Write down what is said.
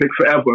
Forever